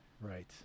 Right